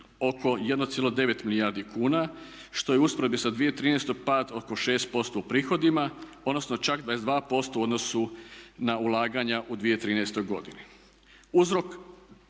oko 1,9 milijardi kuna što je u usporedbi sa 2013. pad oko 6% u prihodima, odnosno čak 22% u odnosu na ulaganja u 2013. godini. Uzrok,